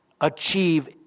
achieve